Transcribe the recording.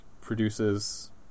produces